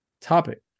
topic